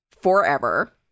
forever